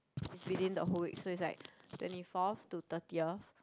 it's within the whole week so it's like twenty fourth to thirtieth